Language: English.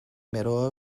middle